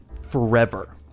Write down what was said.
forever